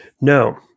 No